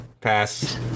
Pass